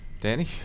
Danny